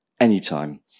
anytime